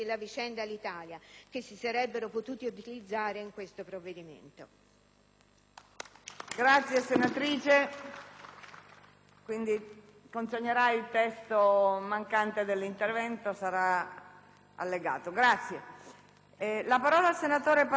potuti utilizzare in questo provvedimento.